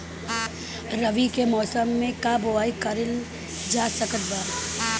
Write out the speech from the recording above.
रवि के मौसम में का बोआई कईल जा सकत बा?